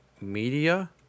Media